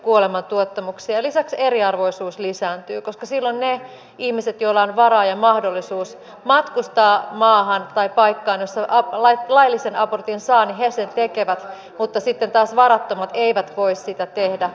lisäksi eriarvoisuus lisääntyy koska silloin ne ihmiset joilla on varaa ja mahdollisuus matkustaa maahan tai paikkaan jossa laillisen abortin saa tekevät sen mutta sitten taas varattomat eivät voi sitä tehdä